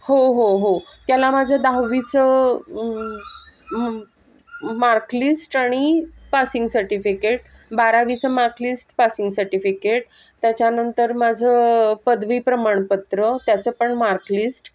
हो हो हो त्याला माझं दहावीचं मार्कलिस्ट आणि पासिंग सर्टिफिकेट बारावीचं मार्कलिस्ट पासिंग सर्टिफिकेट त्याच्यानंतर माझं पदवी प्रमाणपत्र त्याचं पण मार्कलिस्ट